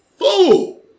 fool